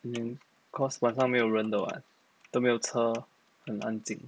mm cause 晚上没有人的 [what] 都没有车很安静